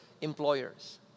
employers